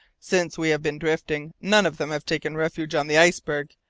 since we have been drifting, none of them have taken refuge on the iceberg,